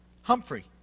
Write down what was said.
Humphrey